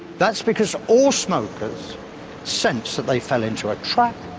that's because all smokers sense that they fell into a trap.